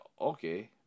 okay